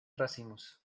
racimos